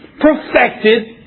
perfected